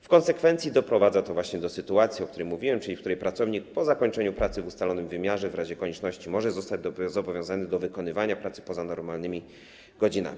W konsekwencji doprowadza to do sytuacji, o której mówiłem, w której pracownik po zakończeniu pracy w ustalonym wymiarze w razie konieczności może zostać zobowiązany do wykonywania pracy poza normalnymi godzinami.